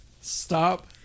stop